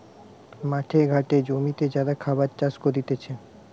মাঠে ঘাটে জমিতে যারা খাবার চাষ করতিছে